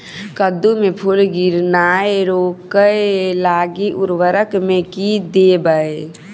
कद्दू मे फूल गिरनाय रोकय लागि उर्वरक मे की देबै?